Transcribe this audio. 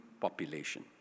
population